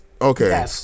okay